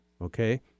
okay